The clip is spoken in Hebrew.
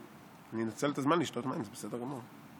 אני אנצל את הזמן לשתות מים, זה בסדר גמור.